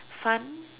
fun